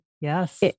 Yes